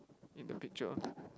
in the picture